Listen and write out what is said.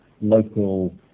local